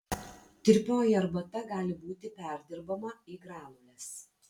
tirpioji arbata gali būti perdirbama į granules